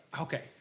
okay